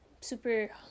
super